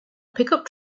pickup